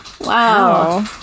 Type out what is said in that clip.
Wow